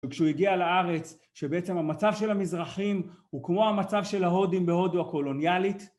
וכשהוא הגיע לארץ שבעצם המצב של המזרחים הוא כמו המצב של ההודים בהודו הקולוניאלית